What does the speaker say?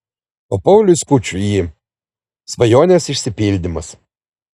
o pauliui skučui ji svajonės išsipildymas